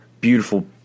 beautiful